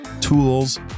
tools